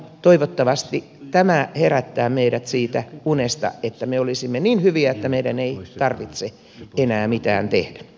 toivottavasti tämä herättää meidät siitä unesta että me olisimme niin hyviä että meidän ei tarvitse enää mitään tehdä